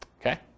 Okay